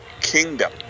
Kingdom